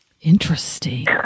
Interesting